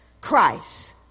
Christ